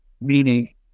meaning